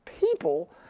people